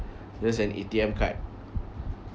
just an A_T_M card